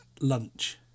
lunch